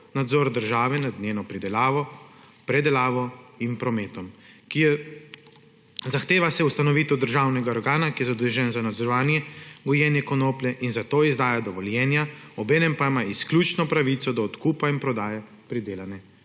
nadzor države nad njeno pridelavo, predelavo in prometom. Zahteva se ustanovitev državnega organa, ki je zadolžen za nadzorovanje gojenja konoplje in zato izdaja dovoljenja, obenem pa ima izključno pravico do odkupa in prodaje pridelane